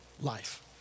life